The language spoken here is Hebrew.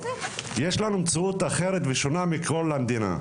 יש לנו מציאות אחרת ושונה מכל המדינה.